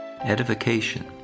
Edification